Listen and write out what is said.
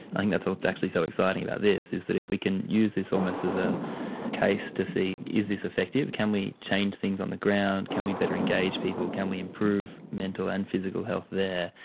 i think that's what is actually so exciting about this, is that if we can use this almost as a case to see is this effective, can we change things on the ground, can we better engage people, can we improve mental and physical health there,